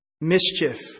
Mischief